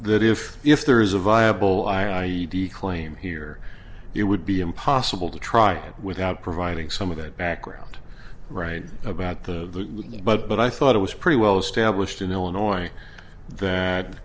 that if if there is a viable i e d claim here it would be impossible to try without providing some of that background right about the need but i thought it was pretty well established in illinois that